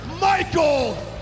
Michael